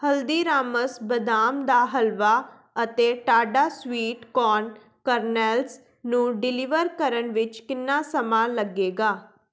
ਹਲਦੀਰਾਮਸ ਬਦਾਮ ਦਾ ਹਲਵਾ ਅਤੇ ਟਾਡਾ ਸਵੀਟ ਕੋਰਨ ਕਰਨੈਲਸ ਨੂੰ ਡਿਲੀਵਰ ਕਰਨ ਵਿੱਚ ਕਿੰਨਾ ਸਮਾਂ ਲੱਗੇਗਾ